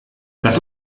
das